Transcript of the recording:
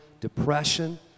depression